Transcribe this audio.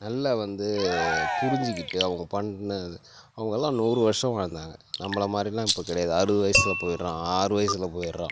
நல்ல வந்து புரிஞ்சிக்கிட்டு அவங்க பண்ண அவங்கள்லாம் நூறு வருஷம் வாழ்ந்தாங்கள் நம்மளை மாதிரில்லாம் இப்போது கிடையாது அறுபது வயசில் போயிடுறான் ஆறு வயசில் போயிடுறான்